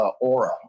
aura